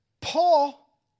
Paul